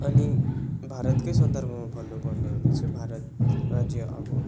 अनि भारतकै सन्धर्भमा भन्नुपर्ने हुने चाहिँ भारत राज्य अब